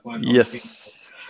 Yes